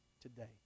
today